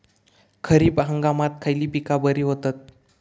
खरीप हंगामात खयली पीका बरी होतत?